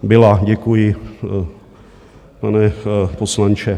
Byla, děkuji, pane poslanče.